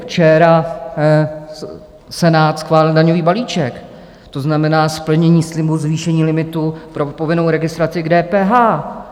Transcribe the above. Včera Senát schválil daňový balíček, to znamená splnění slibu zvýšení limitu pro povinnou registraci k DPH.